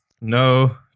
No